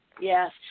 yes